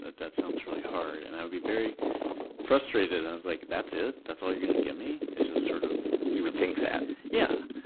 that that sounds really hard. and i'd be very frustrated, like, that's it? that's all you're going to give me? ah sort of you would think that? yeah.